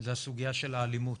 זו הסוגיה של האלימות.